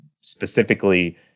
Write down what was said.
specifically